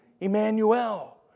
Emmanuel